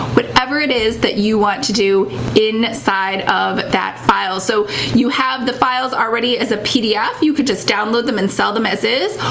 whatever it is that you want to do inside of that file. so you have the files already as a pdf. you could just download them and sell them as is,